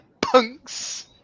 punks